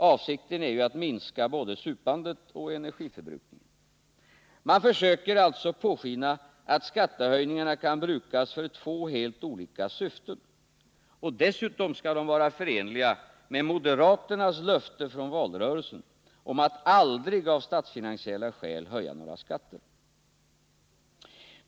Avsikten är ju att minska både supandet och energiförbrukningen. Man försöker alltså påskina att skattehöjningarna kan brukas för två helt olika syften, och dessutom skall de vara förenliga med moderaternas löften från valrörelsen om att aldrig av statsfinansiella skäl höja några skatter.